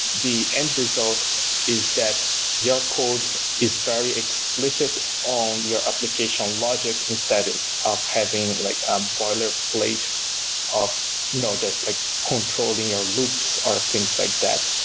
the end result is that your code is very explicit on your application logic instead of having like a boiler plate of you know just like controlling your loops or things like that.